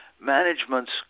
management's